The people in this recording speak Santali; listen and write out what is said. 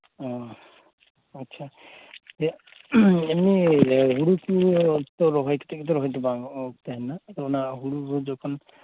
ᱚᱻ ᱟᱪᱪᱷᱟ ᱤᱭᱟᱹ ᱮᱢᱱᱤ ᱦᱳᱲᱳ ᱠᱤ ᱨᱚᱦᱚᱭ ᱠᱟᱛᱮᱫ ᱜᱮ ᱨᱚᱦᱚᱭ ᱫᱚ ᱵᱟᱝ ᱚᱯᱷ ᱛᱟᱦᱮᱱᱟ ᱛᱚ ᱚᱱᱟ ᱦᱳᱲᱳ ᱡᱚᱠᱷᱚᱱ